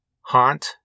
Haunt